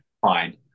fine